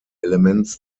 elements